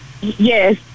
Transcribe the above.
Yes